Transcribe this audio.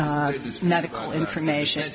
and medical information